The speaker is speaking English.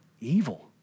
evil